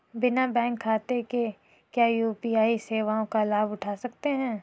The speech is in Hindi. बिना बैंक खाते के क्या यू.पी.आई सेवाओं का लाभ उठा सकते हैं?